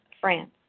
France